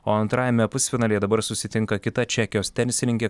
o antrajame pusfinalyje dabar susitinka kita čekijos tenisininkė